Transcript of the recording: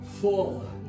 full